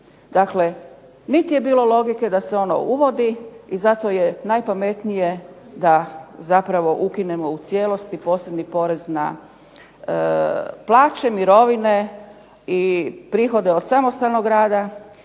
Dakle, niti je bilo logike da se ono uvodi i zato je najpametnije da zapravo ukinemo u cijelosti posebni porez na plaće, mirovine i prihode od samostalnog rada.